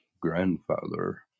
grandfather